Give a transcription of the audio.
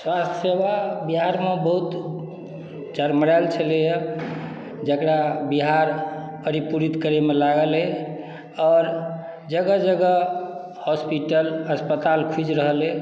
स्वास्थ सेवा बिहार मे बहुत चरमराएल छलैया जकरा बिहार परीपूरीत करए मे लागल अछि आओर जगह जगह हॉस्पिटल अस्पताल खुजि रहल अछि